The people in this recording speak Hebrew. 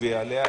נצביע עליה.